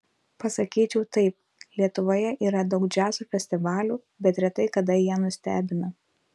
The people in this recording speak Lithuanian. pasakyčiau taip lietuvoje yra daug džiazo festivalių bet retai kada jie nustebina